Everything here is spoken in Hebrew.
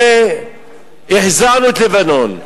הרי החזרנו את לבנון,